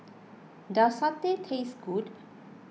does Satay taste good